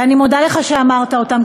ואני מודה לך על שאמרת אותם,